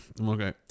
Okay